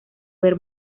ver